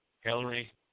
Hillary